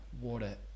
water